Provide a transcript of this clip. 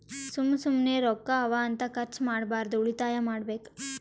ಸುಮ್ಮ ಸುಮ್ಮನೆ ರೊಕ್ಕಾ ಅವಾ ಅಂತ ಖರ್ಚ ಮಾಡ್ಬಾರ್ದು ಉಳಿತಾಯ ಮಾಡ್ಬೇಕ್